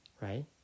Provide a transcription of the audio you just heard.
right